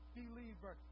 believer